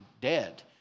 dead